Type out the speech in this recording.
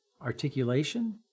articulation